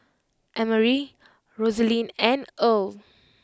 Emery Rosalind and Earle